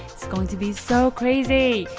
it's going to be so crazy.